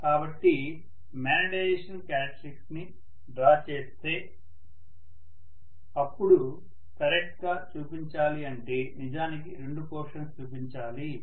కాబట్టి magnetisation characteristics ని draw చేస్తే అపుడు కరెక్ట్ గా చూపించాలి అంటే నిజానికి రెండు పోర్షన్స్ చూపించాలి